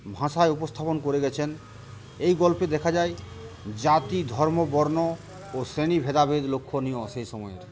ভাষায় উপস্থাপন করে গিয়েছেন এই গল্পে দেখা যায় জাতি ধর্ম বর্ণ ও শ্রেণী ভেদাভেদ লক্ষণীয় সেই সময়ের